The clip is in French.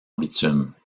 bitume